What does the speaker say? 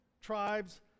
tribes